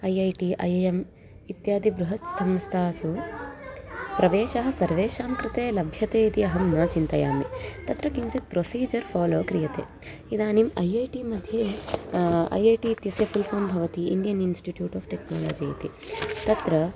I I T I I M इत्यादि बृहत् संस्थासु प्रवेशः सर्वेषां कृते लभ्यते इति अहं न चिन्तयामि तत्र किञ्चित् प्रोसीजर् फ़ोलो क्रियते इदानीम् ऐ ऐ टि मध्ये ऐ ऐ टि इत्यस्य फ़ुल् फ़ोम् भवति इण्डियन् इन्स्टिट्यूट् ओफ़् टेक्नोलजि इति तत्र